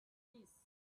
this